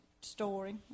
story